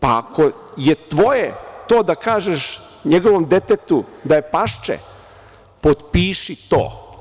Pa ako je tvoje to da kažeš njegovom detetu da je pašče, potpiši to.